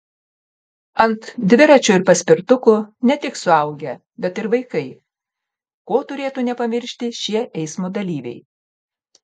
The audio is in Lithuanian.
ant dviračių ir paspirtukų ne tik suaugę bet ir vaikai ko turėtų nepamiršti šie eismo dalyviai